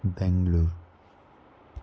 Bengaluru